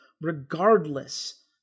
regardless